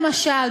למשל,